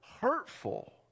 hurtful